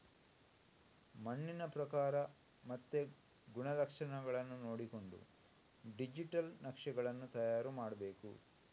ಮಣ್ಣಿನ ಪ್ರಕಾರ ಮತ್ತೆ ಗುಣಲಕ್ಷಣಗಳನ್ನ ನೋಡಿಕೊಂಡು ಡಿಜಿಟಲ್ ನಕ್ಷೆಗಳನ್ನು ತಯಾರು ಮಾಡ್ಬೇಕು